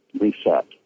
reset